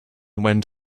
went